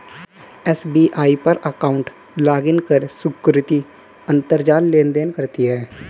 SBI पर account login कर सुकृति अंतरजाल लेनदेन करती है